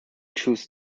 choose